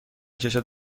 کشد